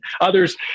others